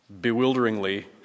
bewilderingly